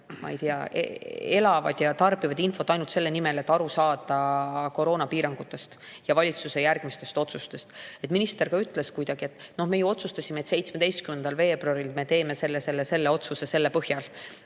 et inimesed elavad ja tarbivad infot ainult selle nimel, et aru saada koroonapiirangutest ja valitsuse järgmistest otsustest. Minister ka ütles kuidagi, et me ju otsustasime, et 17. veebruaril me teeme selle, selle ja